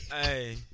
hey